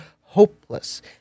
hopeless